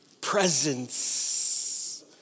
Presence